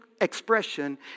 expression